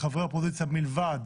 לחברי האופוזיציה, מלבד